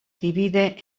divide